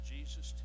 Jesus